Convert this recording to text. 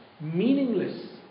meaningless